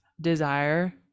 desire